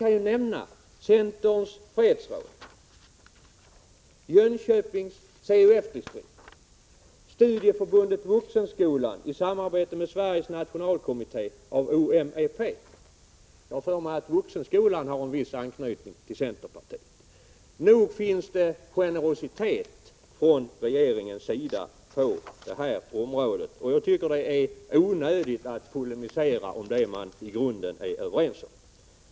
Jag kan nämna Centerns fredsråd, Jönköpings CUF-distrikt, Studieförbundet Vuxenskolan i samarbete med Sveriges nationalkommitté av OMEP. Jag har för mig att Vuxenskolan har en viss anknytning till centerpartiet. Nog finns det generositet från regeringens sida på det här området, och jag tycker det är onödigt att polemisera om det man i grunden är överens om.